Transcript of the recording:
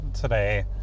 today